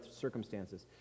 circumstances